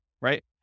right